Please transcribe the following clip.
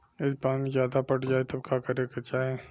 यदि पानी ज्यादा पट जायी तब का करे के चाही?